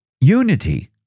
unity